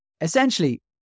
essentially